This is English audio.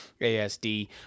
ASD